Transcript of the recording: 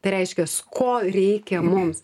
tai reiškias ko reikia mums